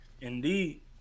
Indeed